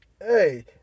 hey